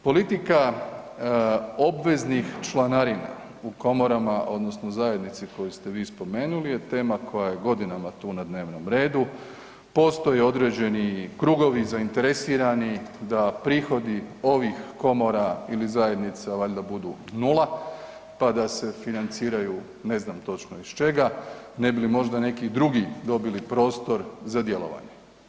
Politika obveznih članarina u komorama, odnosno zajednici koju ste vi spomenuli je tema koja je godinama tu na dnevnom redu, postoje određeni krugovi zainteresirani da prihodi ovih komora ili zajednica valjda budu 0 pa da se financiraju ne znam točno iz čega, ne bi li možda neki drugi dobili prostor za djelovanje.